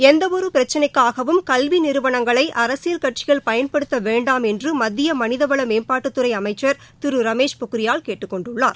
எந்த ஒரு பிரச்சினைக்காகவும் கல்வி நிறுவனங்களை அரசியல் கட்சிகள் பயன்படுத்த வேண்டாம் என்று மத்திய மனிதவள மேம்பாட்டுத்துறை அமைச்சர் திரு ரமேஷ் பொக்ரியால் கேட்டுக் கொண்டுள்ளார்